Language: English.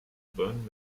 burn